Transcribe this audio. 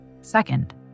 Second